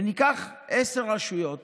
וניקח עשר רשויות